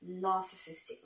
narcissistic